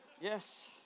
yes